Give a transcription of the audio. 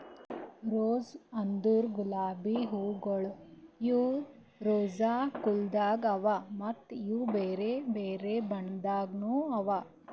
rose ಅಂದುರ್ ಗುಲಾಬಿ ಹೂವುಗೊಳ್ ಇವು ರೋಸಾ ಕುಲದ್ ಅವಾ ಮತ್ತ ಇವು ಬೇರೆ ಬೇರೆ ಬಣ್ಣದಾಗನು ಅವಾ